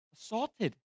assaulted